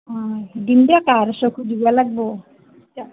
দিম দিয়ক আৰ চকু দিব লাগিব